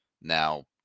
Now